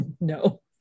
No